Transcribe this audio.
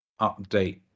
update